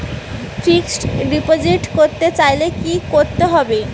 Fixed deposit করতে চাইলে কি করতে হবে?